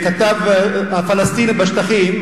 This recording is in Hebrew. הכתב לענייני פלסטינים בשטחים,